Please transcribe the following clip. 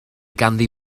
ganddi